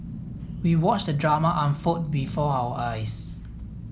we watched the drama unfold before our eyes